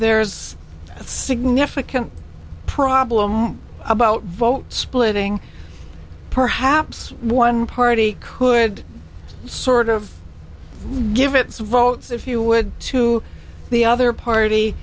there's a significant problem about vote splitting perhaps one party could sort of give it some votes if you would to the other party